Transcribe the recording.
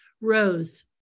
Rose